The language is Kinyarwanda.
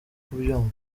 kubyumva